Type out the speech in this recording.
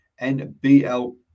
NBL